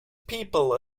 people